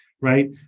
right